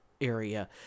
area